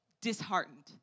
disheartened